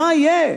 מה יהיה?